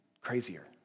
crazier